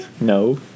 No